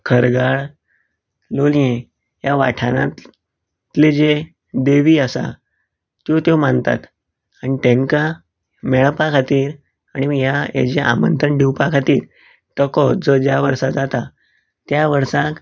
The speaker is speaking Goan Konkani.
खरगाळ लोलयें ह्या वाठारांतले जी देवी आसा तो त्यो मानतात आनी तेंकां मेळपा खातीर आनी ह्या हेजे आमंत्रण दिवपा खातीर टको जो ज्या वर्सा जाता त्या वर्साक